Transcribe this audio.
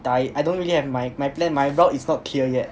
like I don't really have my my plan my route is not clear yet